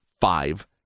five